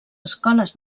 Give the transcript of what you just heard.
escoles